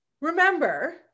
remember